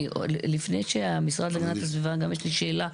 לפני המשרד להגנת הסביבה יש לי שאלה,